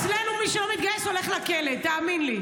אצלנו מי שלא מתגייס הולך לכלא, תאמין לי.